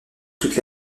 toute